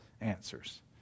answers